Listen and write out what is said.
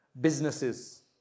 businesses